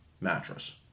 mattress